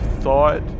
thought